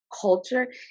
culture